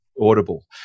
Audible